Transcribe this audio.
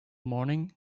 morning